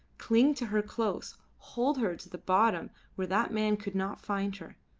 cling to her close, hold her to the bottom where that man could not find her.